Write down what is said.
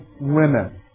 women